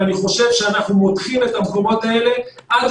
ואני חושב שאנחנו מותחים את המקומות האלה עד